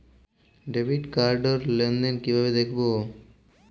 Debit card র লেনদেন কিভাবে দেখবো?